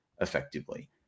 effectively